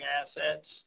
assets